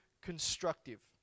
constructive